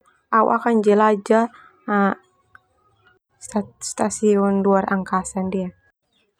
Au akan jelajah stasiun luar angkasa ndia.